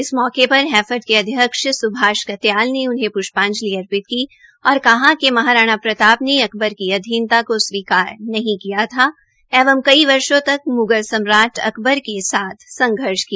इस मौके पर हैफेड के अध्यक्ष सुभाष कत्याल ने उन्हें प्ष्पाजंलि अर्पित की और कहा कि महाराणा प्रताप ने अकबर की अधीनता को स्वीकार नहीं किया था एवं कइ वर्षो तक म्गल सम्राट अकबर के साथ संघर्ष किया